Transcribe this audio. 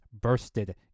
bursted